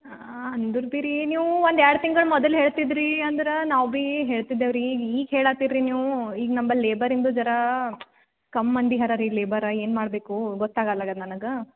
ಅಂದರೂ ಬೀ ರೀ ನೀವು ಒಂದು ಎರಡು ತಿಂಗಳು ಮೊದಲು ಹೇಳ್ತಿದ್ರ್ ರೀ ಅಂದ್ರೆ ನಾವು ಬಿ ಹೇಳ್ತಿದ್ದೇವು ರೀ ಈಗ ಹೇಳುತ್ತೀರಿ ನೀವು ಈಗ ನಮ್ಮಲ್ಲ್ ಲೇಬರಿಂದು ಜರಾ ಕಮ್ಮಿ ಮಂದಿ ಹರ ರೀ ಲೇಬರ ಏನು ಮಾಡಬೇಕು ಗೊತ್ತಾಗಲ್ಲಾಗಿದೆ ನನಗೆ